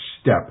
step